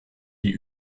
die